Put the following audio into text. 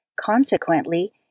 Consequently